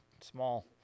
small